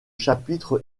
chapitre